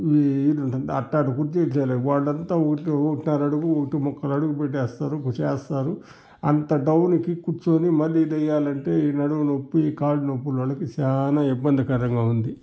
అట్టాంటి కుర్చీ చేయాలి వాళ్ళంతా ఉరికే వకటిన్నారా అడుగు వట్టి ముక్కలు అడుగు పెట్టి వేస్తారు చేస్తారు అంత డౌను కూర్చుని మళ్ళీ లెయ్యాలి అంటే ఈ నడుము నొప్పి ఈ కాళ్ళు నొప్పులు ఉన్నోళ్ళకి చాలా ఇబ్బందికరంగా ఉంది